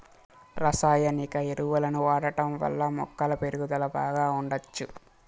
రసాయనిక ఎరువులను వాడటం వల్ల మొక్కల పెరుగుదల బాగా ఉండచ్చు